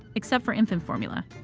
except for infant formula.